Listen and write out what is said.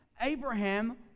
Abraham